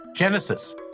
Genesis